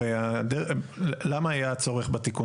הרי למה היה הצורך בתיקונים?